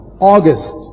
August